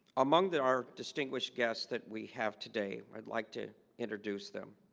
among the our distinguished guests that we have today, i'd like to introduce them.